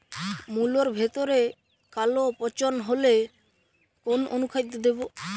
মুলোর ভেতরে কালো পচন হলে কোন অনুখাদ্য দেবো?